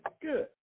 good